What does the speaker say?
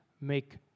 make